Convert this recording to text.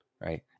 right